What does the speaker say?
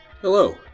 Hello